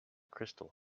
crystal